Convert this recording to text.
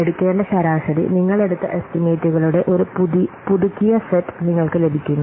എടുക്കേണ്ട ശരാശരി നിങ്ങൾ എടുത്ത എസ്റ്റിമേറ്റുകളുടെ ഒരു പുതുക്കിയ സെറ്റ് നിങ്ങൾക്ക് ലഭിക്കുന്നു